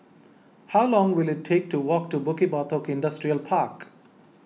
how long will it take to walk to Bukit Batok Industrial Park